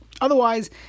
Otherwise